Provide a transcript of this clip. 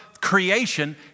Creation